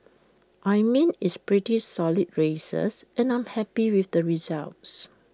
I mean it's pretty solid races and I'm happy with the results